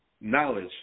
knowledge